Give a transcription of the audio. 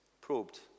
probed